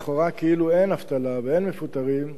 לכאורה כאילו אין אבטלה ואין מפוטרים,